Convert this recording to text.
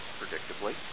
predictably